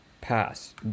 pass